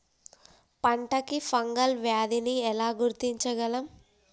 పంట కి ఫంగల్ వ్యాధి ని ఎలా గుర్తించగలం?